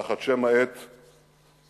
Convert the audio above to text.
תחת שם העט "אלטלנה".